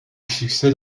succès